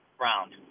round